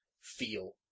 feel